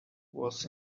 was